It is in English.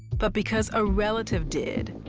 but because a relative did.